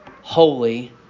holy